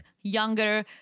younger